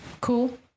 cool